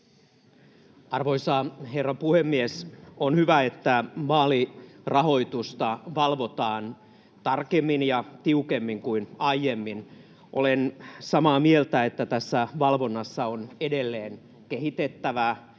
Arvoisa herra puhemies! On hyvä, että vaalirahoitusta valvotaan tarkemmin ja tiukemmin kuin aiemmin. Olen samaa mieltä, että tässä valvonnassa on edelleen kehitettävää,